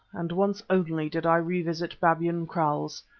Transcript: and once only, did i revisit babyan kraals.